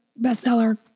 bestseller